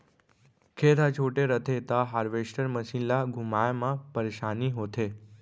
खेत ह छोटे रथे त हारवेस्टर मसीन ल घुमाए म परेसानी होथे